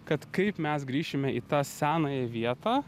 kad kaip mes grįšime į tą senąją vietą